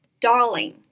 darling